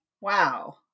Wow